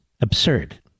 absurd